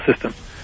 system